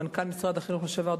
מנכ"ל משרד החינוך לשעבר,